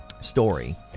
story